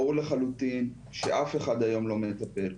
ברור לחלוטין שאף אחד היום לא מטפל,